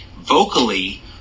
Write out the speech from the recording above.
vocally